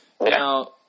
Now